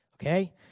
Okay